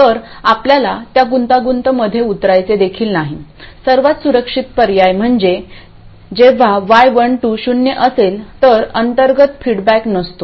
तर आपल्याला त्या गुंतागुंत मध्ये उतरायचे देखील नाही सर्वात सुरक्षित पर्याय म्हणजे जेव्हा y12 शून्य असेल तर अंतर्गत फीडबॅक नसतो